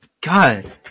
God